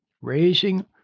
raising